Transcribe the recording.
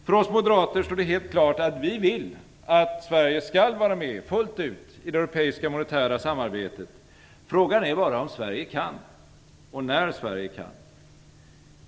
För oss moderater står det helt klart att vi vill att Sverige skall vara med fullt ut i det europeiska monetära samarbetet - frågan är bara om och när Sverige kan.